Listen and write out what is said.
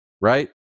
right